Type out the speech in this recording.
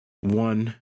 one